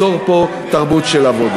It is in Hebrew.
ואנחנו צריכים ליצור פה תרבות של עבודה.